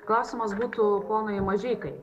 klausimas būtų ponui mažeikai